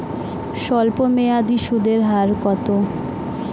স্বল্পমেয়াদী সুদের হার কত?